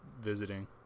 visiting